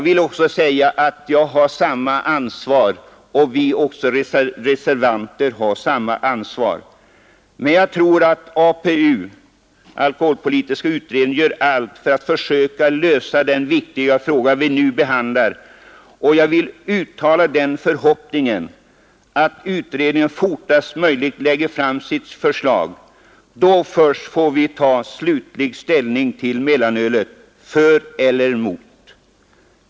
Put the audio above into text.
Det är riktigt, och vi reservanter har också samma ansvar. Men jag tror att APU gör allt för att försöka lösa den viktiga fråga vi nu behandlar. Det är min förhoppning att utredningen fortast möjligt skall lägga fram sitt förslag. Först då kan vi ta slutlig ställning till mellanölet — för eller emot.